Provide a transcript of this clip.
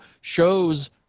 shows